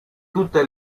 tutte